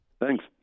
Thanks